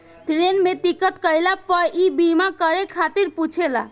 train में ticket कईला पअ इ बीमा करे खातिर पुछेला